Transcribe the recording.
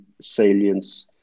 salience